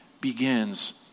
begins